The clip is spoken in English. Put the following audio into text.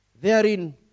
therein